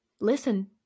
listen